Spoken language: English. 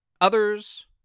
Others